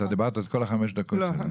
אתה דיברת את כל חמש הדקות שלהם.